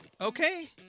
Okay